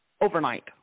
overnight